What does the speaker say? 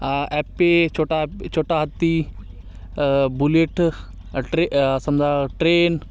ॲप्पे छोटा ॲप छोटा हत्ती बुलेट ट्रे समजा ट्रेन